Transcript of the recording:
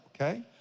okay